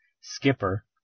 Skipper